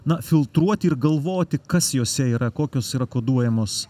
na filtruoti ir galvoti kas jose yra kokios yra koduojamos